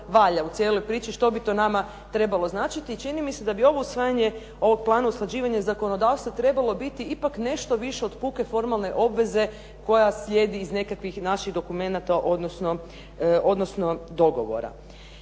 valja, u cijeloj priči. Što bi to nama trebalo značiti. I čini mi se da bi ovo usvajanje ovog plana usklađivanja zakonodavstva trebalo biti ipak nešto više od puke formalne obveze koja slijedi iz nekakvih naših dokumenata, odnosno dogovora.